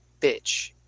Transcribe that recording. bitch